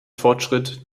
fortschritt